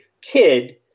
kid